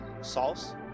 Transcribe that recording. sauce